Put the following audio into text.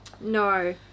no